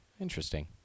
Interesting